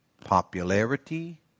popularity